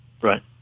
Right